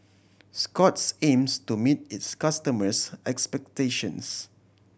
Scott's aims to meet its customers' expectations